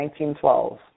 1912